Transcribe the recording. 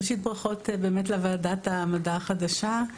ראשית, ברכות לוועדת מדע החדשה.